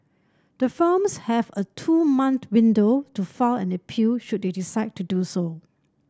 the firms have a two month window to file an appeal should they decide to do so